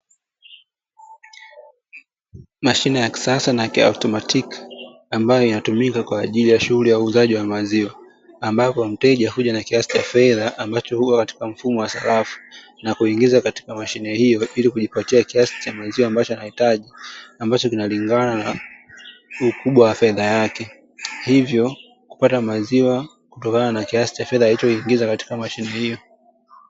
Mashine ya kisasa na yakiautomatiki, ambayo inatumika kwaajili ya shughuli ya uuzaji wa maziwa, ambapo mteja huja na kiasi cha fedha ambacho huwa katika mfumo wa sarafu na kuingiza katika mashine hiyo ili kujipatia kiasi cha maziwa ambacho anahitaji, ambacho kinalingana na ukubwa wa fedha yake, hivyo kupata maziwa kutokana na kiasi cha pesa alichoingiza katika mashine hiyo.